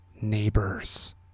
neighbors